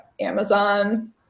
Amazon